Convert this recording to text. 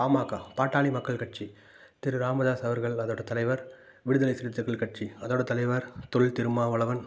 பாமக பாட்டாளி மக்கள் கட்சி திரு ராமதாஸ் அவர்கள் அதோடய தலைவர் விடுதலை சிறுத்தைகள் கட்சி அதோடய தலைவர் தொல் திருமாவளவன்